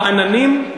בעננים?